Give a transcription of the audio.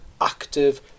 Active